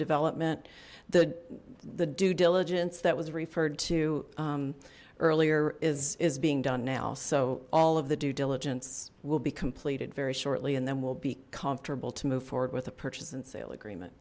development the the due diligence that was referred to earlier is is being done now so all of the due diligence will be completed very shortly and then we'll be comfortable to move forward with a purchase and sale agreement